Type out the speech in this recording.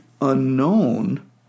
unknown